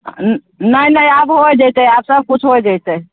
नहि नहि आब होइ जैतै आब सबकिछु होइ जैतै